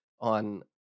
on